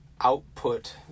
output